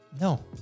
no